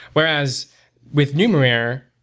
whereas with numerair,